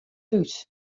thús